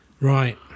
Right